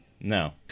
no